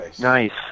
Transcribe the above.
Nice